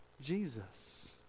Jesus